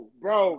bro